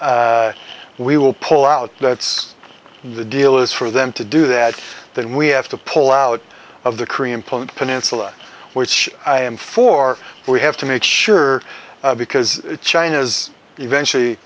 we will pull out that's the deal is for them to do that then we have to pull out of the korean peninsula which i am for we have to make sure because china is eventually